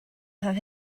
have